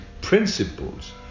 principles